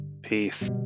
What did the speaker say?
Peace